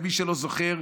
למי שלא זוכר,